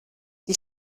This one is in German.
die